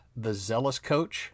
thezealouscoach